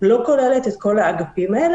לא כוללת את כל האגפים האלה,